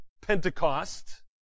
Pentecost